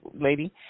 lady